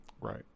Right